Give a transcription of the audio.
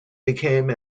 became